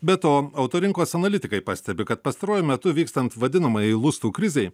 be to autorinkos analitikai pastebi kad pastaruoju metu vykstant vadinamajai lustų krizei